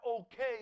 okay